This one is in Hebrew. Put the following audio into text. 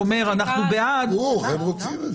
אנחנו רוצים את זה.